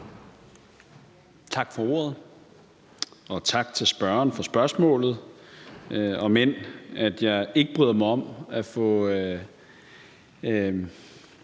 Tak for ordet, og tak til spørgeren for spørgsmålet, om end jeg ikke bryder mig om at få